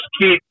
keep